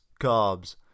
carbs